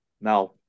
Now